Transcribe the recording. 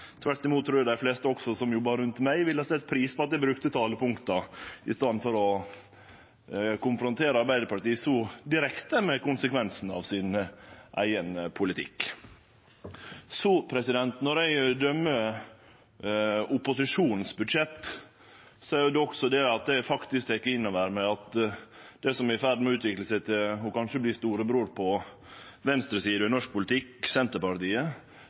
Tvert imot trur eg dei fleste som jobbar rundt meg, ville ha sett pris på at eg brukte talepunkta i staden for å konfrontere Arbeidarpartiet så direkte med konsekvensen av deira eigen politikk. Så: Når eg dømer budsjettet frå opposisjonen, tek eg faktisk også inn over meg at det som er i ferd med å utvikle seg til kanskje å verte storebror på venstresida i norsk politikk, Senterpartiet,